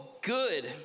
good